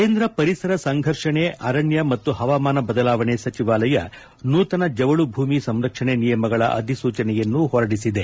ಕೇಂದ್ರ ಪರಿಸರ ಸಂಘರ್ಷಣೆ ಅರಣ್ಯ ಮತ್ತು ಹವಾಮಾನ ಬದಲಾವಣೆ ಸಚಿವಾಲಯ ನೂತನ ಜವುಳು ಭೂಮಿ ಸಂರಕ್ಷಣೆ ನಿಯಮಗಳ ಅಧಿಸೂಚನೆಯನ್ನು ಹೊರಡಿಸಿದೆ